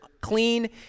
clean